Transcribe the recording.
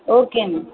okay ma'am